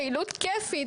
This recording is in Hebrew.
פעילות כיפית,